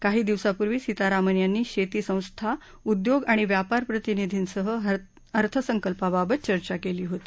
काही दिवसांपूर्वी सीतारामन यांनी शेती संस्था उद्योग आणि व्यापार प्रतिनिधींसह अर्थसंकल्पाबाबत चर्चा केली होती